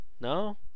no